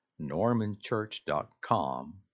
normanchurch.com